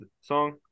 song